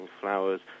flowers